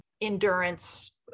endurance